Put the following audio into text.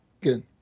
Good